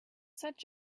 such